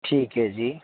ਠੀਕ ਹੈ ਜੀ